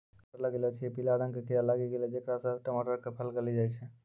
हम्मे टमाटर लगैलो छियै पीला रंग के कीड़ा लागी गैलै जेकरा से टमाटर के फल गली जाय छै?